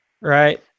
Right